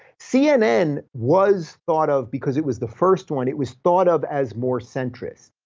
cnn was thought of, because it was the first one, it was thought of as more centrist.